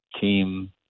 team